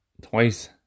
twice